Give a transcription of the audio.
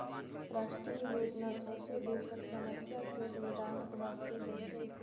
राष्ट्रीय योजना सौंसे देशक समस्या केर निदानक बास्ते होइ छै